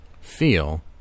feel